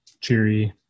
cheery